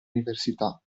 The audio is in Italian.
università